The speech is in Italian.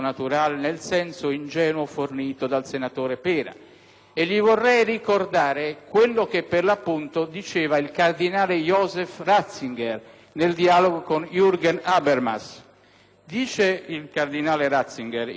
quale vorrei ricordare quello che, per l'appunto, diceva il cardinale Joseph Ratzinger nel dialogo con Jürgen Habermass. Dice il cardinale Ratzinger: «Il diritto naturale è rimasto, soprattutto nella Chiesa cattolica,